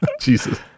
Jesus